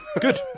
good